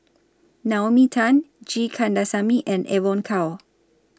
Naomi Tan G Kandasamy and Evon Kow